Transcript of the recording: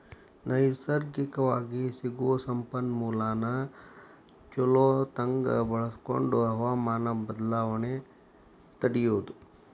ನೈಸರ್ಗಿಕವಾಗಿ ಸಿಗು ಸಂಪನ್ಮೂಲಾನ ಚುಲೊತಂಗ ಬಳಸಕೊಂಡ ಹವಮಾನ ಬದಲಾವಣೆ ತಡಿಯುದು